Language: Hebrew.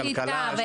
הכלכלה,